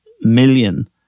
million